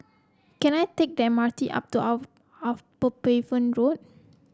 can I take the M R T up to Upavon Road